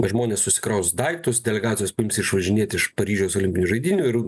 žmonės susikraus daiktus delegacijos paims išvažinėti iš paryžiaus olimpinių žaidynių ir